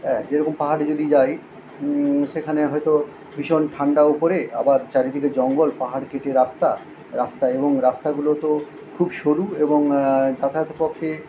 হ্যাঁ যেরকম পাহাড়ে যদি যাই সেখানে হয়তো ভীষণ ঠান্ডা ওপরে আবার চারিদিকে জঙ্গল পাহাড় কেটে রাস্তা রাস্তা এবং রাস্তাগুলো তো খুব সরু এবং যাতায়াত পক্ষে